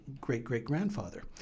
great-great-grandfather